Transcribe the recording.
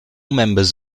members